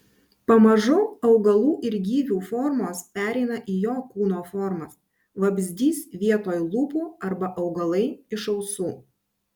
pamažu augalų ir gyvių formos pereina į jo kūno formas vabzdys vietoj lūpų arba augalai iš ausų